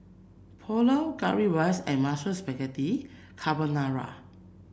Pulao Currywurst and Mushroom Spaghetti Carbonara